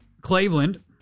Cleveland